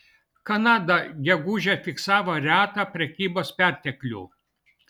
kanada gegužę fiksavo retą prekybos perteklių